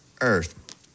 earth